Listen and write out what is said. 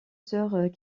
sœur